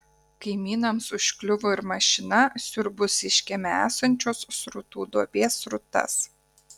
kaimynams užkliuvo ir mašina siurbusi iš kieme esančios srutų duobės srutas